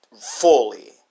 fully